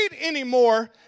anymore